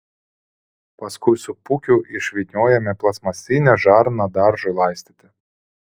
paskui su pūkiu išvyniojame plastmasinę žarną daržui laistyti